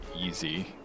easy